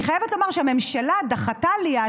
אני חייבת לומר שהממשלה דחתה אז,